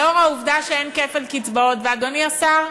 לאור העובדה שאין כפל קצבאות, אדוני השר,